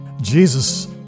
Jesus